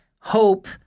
Hope